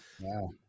Wow